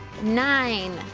nine.